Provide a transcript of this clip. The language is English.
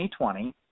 2020